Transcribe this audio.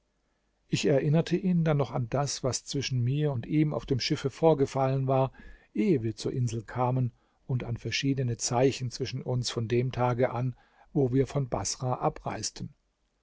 ich erinnerte ihn dann noch an das was zwischen mir und ihm auf dem schiffe vorgefallen war ehe wir zur insel kamen und an verschiedene zeichen zwischen uns von dem tage an wo wir von baßrah abreisten